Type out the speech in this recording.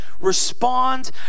Respond